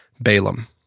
Balaam